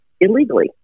Illegally